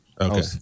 okay